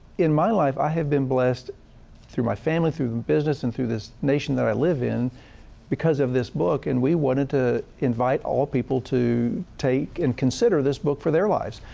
in my life i have been blessed through my family, through business, and through this nation that i live in because of this book. and we wanted to invite all people to take and consider this book for their lives.